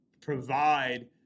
provide